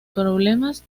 problemas